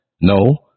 no